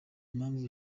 mpamvu